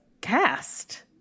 cast